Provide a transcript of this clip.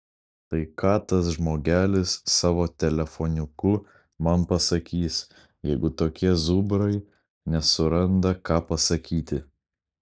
tai ką tas žmogelis savo telefoniuku man pasakys jeigu tokie zubrai nesuranda ką pasakyti